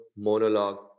monologue